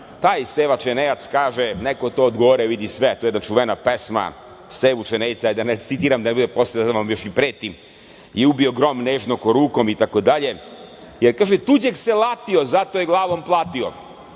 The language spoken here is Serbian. taj Steva Čenejac, kaže – neko to od gore vidi sve. To je jedna čuvena pesma Stevu Čenejca, hajde da ne citiram, da ne bude posle da vam i pretim, je ubi grom nežno kao rukom i tako dalje, jer tuđeg se latio zato je glavom platio,